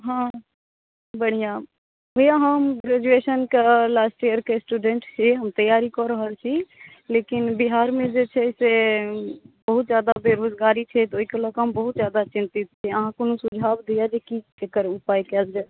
हँ बढ़िऑं भैया हम ग्रेजुएशनक लास्ट ईयरक स्टूडेंट छी हम तैयारी कऽ रहल छी लेकिन बिहारमे जे छै से बहुत जादा बेरोजगारी छै ओहिके लेल हम बहुत ज्यादा चिंतित छी अहाँ कोनो सुझाव दिअ जे की एकर उपाय कयल जाय